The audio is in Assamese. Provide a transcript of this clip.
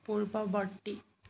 পূৰ্ৱবৰ্তী